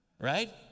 Right